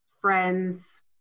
friends